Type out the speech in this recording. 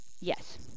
yes